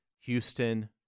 Houston